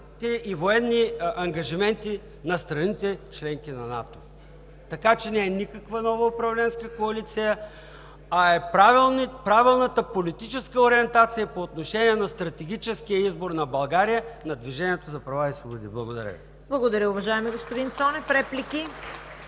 и военни ангажименти на страните – членки на НАТО. Така че не е никаква нова управленска коалиция, а е правилната политическа ориентация по отношение на стратегическия избор на България на „Движението за права и свободи“. Благодаря Ви. (Ръкопляскания от ДПС.)